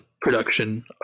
production